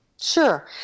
sure